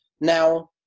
Now